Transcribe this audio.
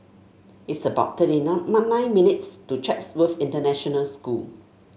it's about thirty nine minutes' to Chatsworth International School